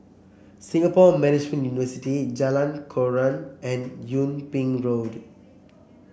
Singapore Management University Jalan Koran and Yung Ping Road